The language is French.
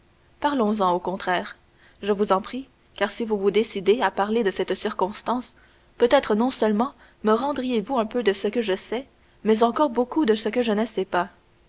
parlons-en au contraire je vous en prie car si vous vous décidez à parler de cette circonstance peut-être non seulement me redirez vous un peu de ce que je sais mais encore beaucoup de ce que je ne sais pas